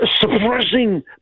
suppressing